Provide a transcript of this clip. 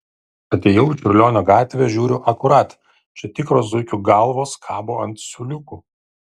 atėjau į čiurlionio gatvę žiūriu akurat čia tikros zuikių galvos kabo ant siūliukų